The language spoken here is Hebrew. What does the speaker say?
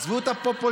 תעזבו את הפופוליזם,